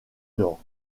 nord